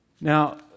Now